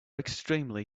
extremely